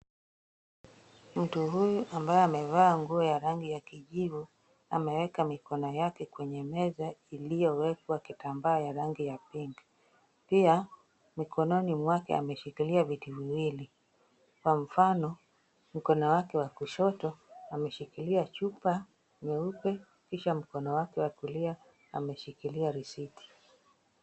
Mtu huyu ambaye amevaa nguo ya rangi ya kijivu, ameweka mikono yake kwenye meza iliyowekwa kitambaa ya rangi ya pink . Pia mkononi mwake ameshikilia vitu viwili. Kwa mfano, mkono wake wa kushoto ameshikilia chupa nyeupe, kisha mkono wake wa kulia ameshikilia risiti.